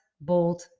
Bold